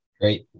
Great